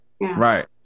Right